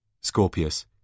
Scorpius